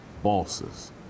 bosses